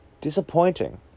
disappointing